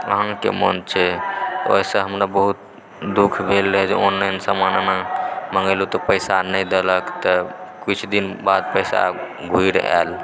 से अहाँकेँ मोन छै ओहिसँ हमरा बहुत दुःख भेल रहय जे ऑनलाइन समान मंगेलहुँ तऽ पैसा नहि देलक तऽ कुछ दिन बाद पैसा घूरि आएल